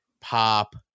pop